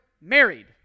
married